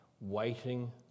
waiting